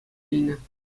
илнӗ